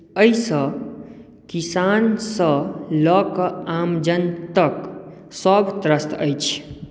एहिसँ किसानसँ लऽ कऽ आम जनतक सभ त्रस्त अछि